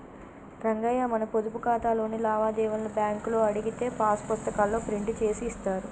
రంగయ్య మన పొదుపు ఖాతాలోని లావాదేవీలను బ్యాంకులో అడిగితే పాస్ పుస్తకాల్లో ప్రింట్ చేసి ఇస్తారు